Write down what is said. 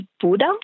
Buddha